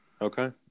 Okay